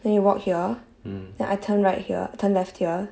then you walk here then I turn right here turn left here